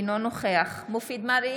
אינו נוכח מופיד מרעי,